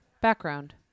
background